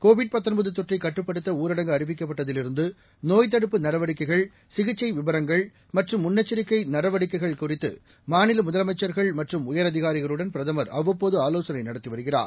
கோவிட்தொற்றைக்கட்டுப்படுத்தஊரடங்குஅறிவிக்கப்பட்டதி லிருந்து நோய்த்தடுப்புநடவடிக்கைகள் சிகிச்சைவிவரங்கள் மற்றும்முன்னெச்சரிக்கைநடவடிக்கைகள்குறித்து மாநிலமுதலமைச்சர்கள்மற்றும்உயரதிகாரிகளுடன்பிரதமர் அவ்வப்போதுஆலோசனைநடத்திவருகிறார்